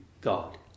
God